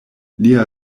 lia